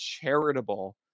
charitable